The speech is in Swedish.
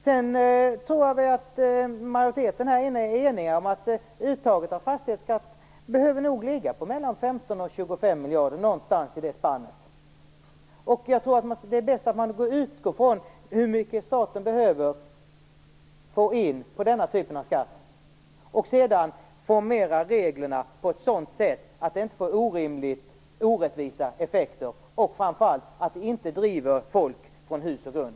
Sedan tror jag nog att majoriteten här i kammaren är enig om att uttaget när det gäller fastighetsskatten behöver ligga på 15-25 miljarder kronor. Det behöver nog ligga någonstans i det spannet. Jag tror att det är bäst att man utgår från hur mycket staten behöver få in på den här typen av skatt, och sedan formulerar reglerna på ett sådant sätt att de inte får orimligt orättvisa effekter och framförallt inte driver folk från hus och grund.